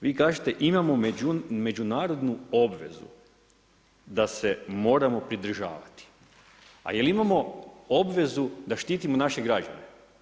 Vi kažete, imamo međunarodnu obvezu da se moramo pridržavati, a jel imamo obvezu da štitimo naše građane.